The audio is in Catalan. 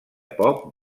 poc